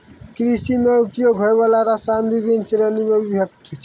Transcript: कृषि म उपयोग होय वाला रसायन बिभिन्न श्रेणी म विभक्त छै